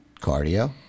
cardio